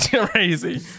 crazy